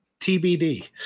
TBD